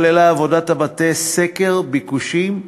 כללה עבודת המטה סקר ביקושים,